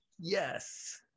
yes